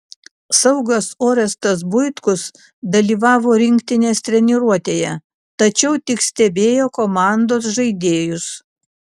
saugas orestas buitkus dalyvavo rinktinės treniruotėje tačiau tik stebėjo komandos žaidėjus